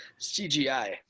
CGI